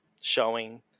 showing